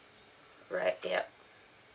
right yup